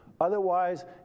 Otherwise